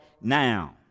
now